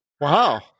Wow